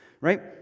right